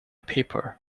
paper